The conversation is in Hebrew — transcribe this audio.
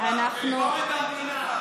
סימון ארץ הייצור של צמחים הנמכרים בתפזורת),